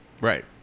right